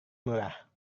murah